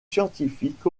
scientifique